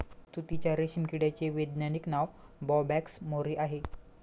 तुतीच्या रेशीम किड्याचे वैज्ञानिक नाव बोंबॅक्स मोरी आहे